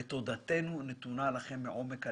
תודתנו נתונה לכם מעומק הלב.